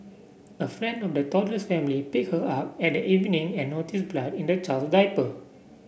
a friend of the toddler's family picked her up at evening and noticed blood in the child's diaper